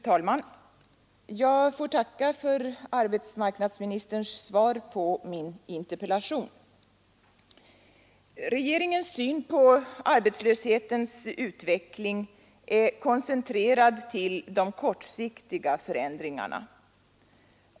Fru talman! Jag får tacka för arbetsmarknadsministerns svar på min interpellation. Regeringens syn på arbetslöshetens utveckling är koncentrerad till de kortsiktiga förändringarna.